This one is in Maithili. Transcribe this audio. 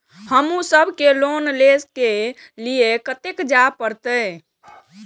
हमू सब के लोन ले के लीऐ कते जा परतें?